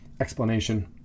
explanation